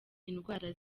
indwara